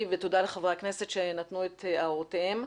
ותודה לחברי הכנסת שנתנו את הערותיהם.